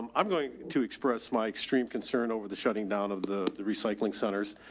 i'm going to express my extreme concern over the shutting down of the the recycling centers. ah,